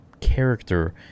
character